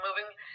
moving